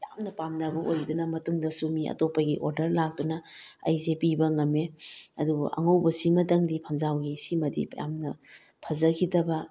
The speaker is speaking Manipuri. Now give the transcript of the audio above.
ꯌꯥꯝꯅ ꯄꯥꯝꯅꯕ ꯑꯣꯏꯕꯗꯨꯅ ꯃꯇꯨꯡꯗꯁꯨ ꯃꯤ ꯑꯇꯣꯞꯄꯒꯤ ꯑꯣꯔꯗꯔ ꯂꯥꯛꯇꯨꯅ ꯑꯩꯁꯦ ꯄꯤꯕ ꯉꯝꯃꯦ ꯑꯗꯨꯕꯨ ꯑꯉꯧꯕꯁꯤꯃꯇꯪꯗꯤ ꯐꯝꯖꯥꯎꯒꯤꯁꯤꯃꯗꯤ ꯌꯥꯝꯅ ꯐꯖꯈꯤꯗꯕ